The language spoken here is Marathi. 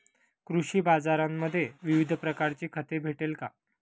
कृषी बाजारांमध्ये विविध प्रकारची खते भेटेल का?